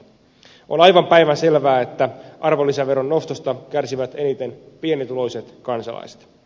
on aivan päivänselvää että arvonlisäveron nostosta kärsivät eniten pienituloiset kansalaiset